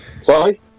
Sorry